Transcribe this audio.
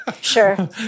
Sure